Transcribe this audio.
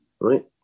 right